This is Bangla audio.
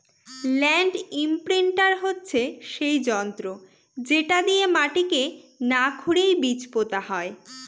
ল্যান্ড ইমপ্রিন্টার হচ্ছে সেই যন্ত্র যেটা দিয়ে মাটিকে না খুরেই বীজ পোতা হয়